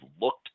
looked